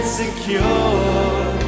secure